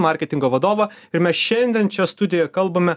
marketingo vadovą ir mes šiandien čia studijoj kalbame